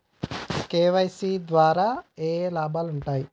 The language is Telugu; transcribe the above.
కే.వై.సీ ద్వారా ఏఏ లాభాలు ఉంటాయి?